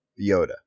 Yoda